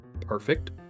perfect